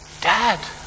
Dad